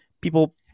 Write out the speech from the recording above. people